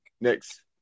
next